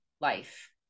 life